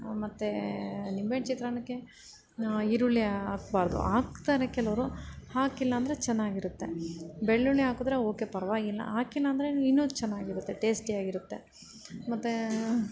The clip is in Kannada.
ಮತ್ತು ನಿಂಬೆಹಣ್ಣು ಚಿತ್ರಾನ್ನಕ್ಕೆ ಈರುಳ್ಳಿ ಹಾಕಬಾರ್ದು ಹಾಕ್ತಾರೆ ಕೆಲವರು ಹಾಕಿಲ್ಲ ಅಂದರೆ ಚೆನ್ನಾಗಿರುತ್ತೆ ಬೆಳ್ಳುಳ್ಳಿ ಹಾಕಿದರೆ ಓಕೆ ಪರವಾಗಿಲ್ಲ ಹಾಕಿಲ್ಲ ಅಂದರೆ ಇನ್ನೂ ಚೆನ್ನಾಗಿರುತ್ತೆ ಟೇಸ್ಟಿಯಾಗಿರುತ್ತೆ ಮತ್ತು